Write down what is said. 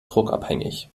druckabhängig